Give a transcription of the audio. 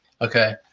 Okay